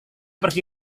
pergi